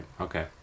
Okay